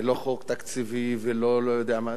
זה לא חוק תקציבי ולא לא-יודע-מה.